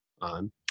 on